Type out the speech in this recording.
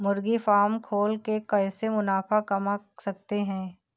मुर्गी फार्म खोल के कैसे मुनाफा कमा सकते हैं?